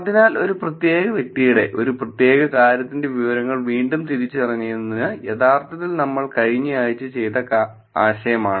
അതിനാൽ ഒരു പ്രത്യേക വ്യക്തിയുടെ ഒരു പ്രത്യേക കാര്യത്തിന്റെ വിവരങ്ങൾ വീണ്ടും തിരിച്ചറിയുന്നത് യഥാർത്ഥത്തിൽ നമ്മൾ കഴിഞ്ഞ ആഴ്ച ചർച്ച ചെയ്ത ആശയമാണ്